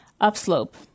upslope